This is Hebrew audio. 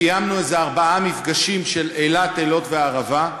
קיימנו ארבעה מפגשים של אילת, אילות והערבה,